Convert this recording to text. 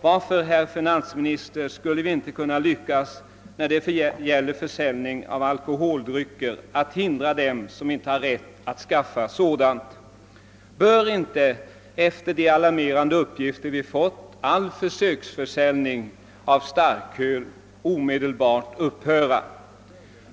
varför skulle vi då inte kunna lyckas med att hindra ungdomar från att köpa alkoholdrycker, när de inte har rätt att skaffa sig sådana? Bör inte all försöksförsäljning av starköl upphöra efter de alarmerande uppgifter vi nu fått?